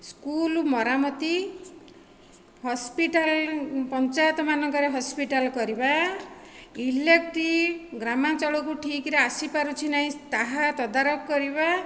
school ମରାମତି hospital ପଞ୍ଚାୟତମାନଙ୍କରେ hospital କରିବା ଇଲେକ୍ଟ୍ରି ଗ୍ରାମାଞ୍ଚଳକୁ ଠିକ ଭାବେ ଆସିପାରୁଛି ନା ନାହିଁ ତାହା ତଦାରଖ କରିବା